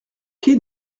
quai